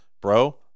bro